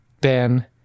Ben